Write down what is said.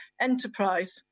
enterprise